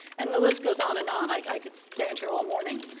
and the list goes on and on. like i could stand here all morning.